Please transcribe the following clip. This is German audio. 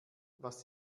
was